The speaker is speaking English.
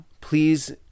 please